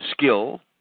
skill